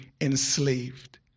enslaved